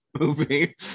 movie